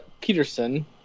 Peterson